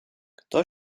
kto